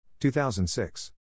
2006